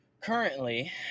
Currently